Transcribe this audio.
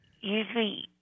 Usually